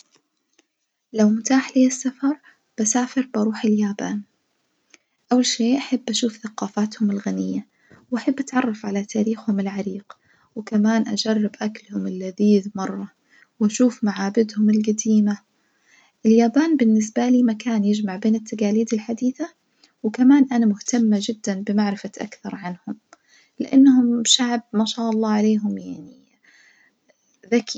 لو متاح ليا السفر بسافر بروح اليابان، أول شي بحب أشوف ثقافاتهم الغنية وأحب أتعرف على تاريخهم العريق وكمان أجرب أكلهم اللذيذ مرة، وأشوف معابدهم الجديمة، اليابان بالنسبالي مكان يجمع بين التجاليد الحديثة، وكمان أنا مهتمة جدُا بمعرفة أكثر عنهم لإنهم شعب ماشاء الله عليهم يعني ذكي.